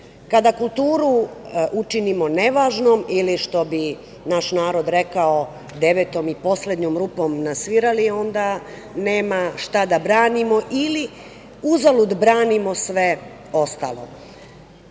Kada kulturu učinimo nevažnom ili što bi naš narod rekao – devetom i poslednjom rupom na svirali, onda nema šta da branimo ili uzalud branimo sve